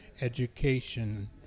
education